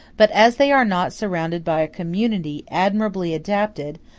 but as they are not surrounded by a community admirably adapted,